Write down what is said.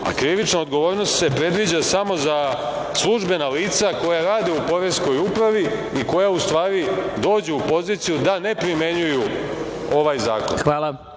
a krivična odgovornost se predviđa samo za službena lica koja rade u poreskoj upravi i koja u stvari dođu u poziciju da ne primenjuju ovaj zakon. Ja